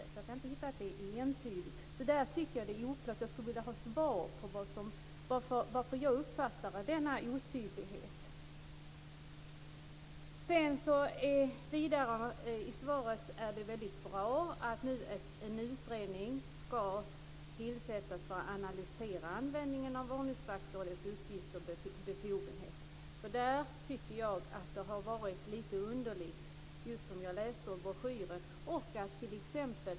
Jag kan inte se att det är entydigt. Jag tycker att det är oklart, och jag skulle vilja ha svar på varför det är en sådan otydlighet. Vidare är det väldigt bra att det ska tillsättas en utredning för att analysera användningen av ordningsvakter och deras uppgifter och befogenheter. Jag tycker att det har varit lite underligt, som just det jag läste ur broschyren.